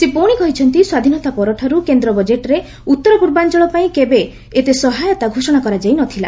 ସେ ପୁଣି କହିଛନ୍ତି ସ୍ୱାଧୀନତା ପରଠାରୁ କେନ୍ଦ୍ର ବଜେଟ୍ରେ ଉତ୍ତର ପୂର୍ବାଞ୍ଚଳ ପାଇଁ କେବେ ଏତେ ସହାୟତା ଘୋଷଣା କରାଯାଇନଥିଲା